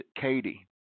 Katie